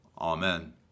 Amen